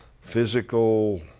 physical